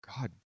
God